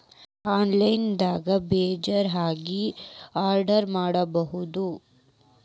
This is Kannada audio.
ಆನ್ಲೈನ್ ದಾಗ ಬೇಜಾ ಹೆಂಗ್ ಆರ್ಡರ್ ಮಾಡೋದು?